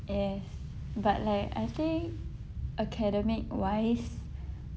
yes but like I think academic wise